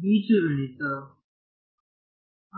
ಬೀಜಗಣಿತದ ಅನುಸರಿಸುವ